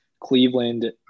Cleveland